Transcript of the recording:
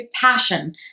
passion